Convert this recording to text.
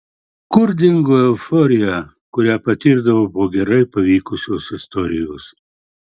kur dingo euforija kurią patirdavo po gerai pavykusios istorijos